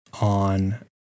on